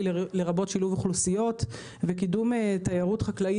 לרבות שילוב אוכלוסיות וקידום תיירות חקלאות